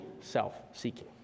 self-seeking